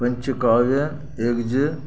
पंचुकार्य eggs